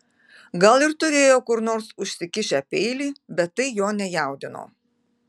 gal ir turėjo kur nors užsikišę peilį bet tai jo nejaudino